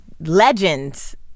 legends